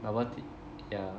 I want it yeah